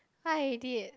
what I did